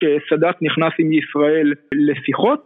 כשסאדת נכנס עם ישראל לשיחות